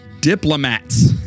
Diplomats